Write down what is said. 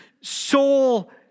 soul